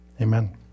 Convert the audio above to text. Amen